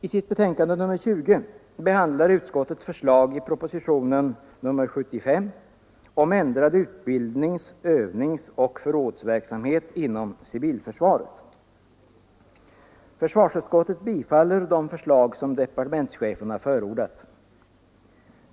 I sitt betänkande nr 20 behandlar utskottet förslag i propositionen 75 om ändrad utbildnings-, övningsoch förrådsverksamhet inom civilförsvaret. Försvarsutskottet tillstyrker de förslag som departementschefen har förordat.